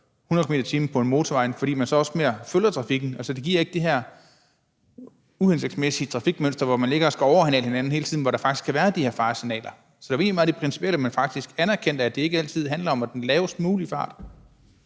100 km/t. på en motorvej, fordi man så også følger trafikken mere. Altså, det giver ikke det her uhensigtsmæssige trafikmønster, hvor man ligger og skal overhale hinanden hele tiden, og hvor der faktisk kan være de her faresignaler. Så det var egentlig bare det principielle i det, altså om man faktisk anerkender, at det ikke altid handler om den lavest mulige fart.